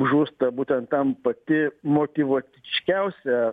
žūsta būtent tam pati motyvuočiausia